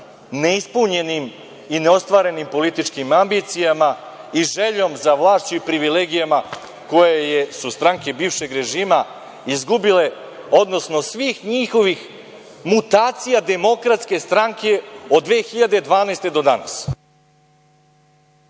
neispunjenim i neostvarenim političkim ambicijama i željom za vlašću i privilegijama koje su stranke bivšeg režima izgubile, odnosno svih njihovih mutacija Demokratske stranke od 2012. godine